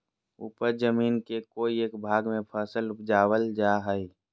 उपज जमीन के कोय एक भाग में फसल उपजाबल जा हइ